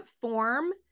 form